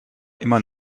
immer